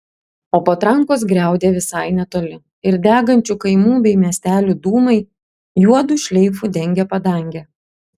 o patrankos griaudė visai netoli ir degančių kaimų bei miestelių dūmai juodu šleifu dengė padangę